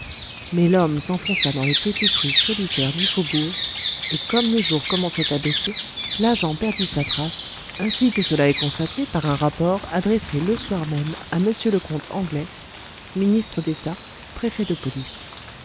mais l'homme s'enfonça dans les petites rues solitaires du faubourg et comme le jour commençait à baisser l'agent perdit sa trace ainsi que cela est constaté par un rapport adressé le soir même à mr le comte anglès ministre d'état préfet de police